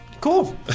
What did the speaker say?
Cool